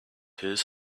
his